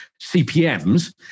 CPMs